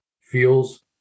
feels